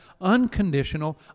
unconditional